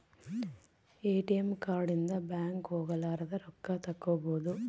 ATM card ಇಂದ bank ಹೋಗಲಾರದ ರೊಕ್ಕ ತಕ್ಕ್ಕೊಬೊದು